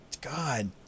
God